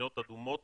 שמדינות אדומות